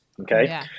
okay